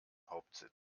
hauptsitz